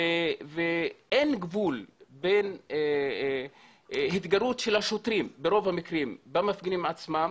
ואין גבול בין התגרות של השוטרים ברוב המקרים במפגינים עצמם